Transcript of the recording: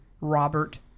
Robert